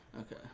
Okay